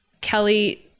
Kelly